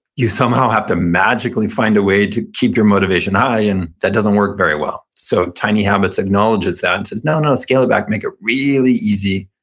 you somehow have to magically find a way to keep your motivation high, and that doesn't work very well. so tiny habits acknowledges that and says, no, scale it back, make it really easy,